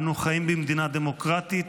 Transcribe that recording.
אנו חיים במדינה דמוקרטית.